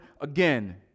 again